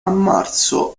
marzo